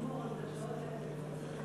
בשעות אלה.